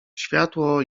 światło